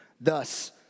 Thus